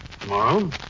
Tomorrow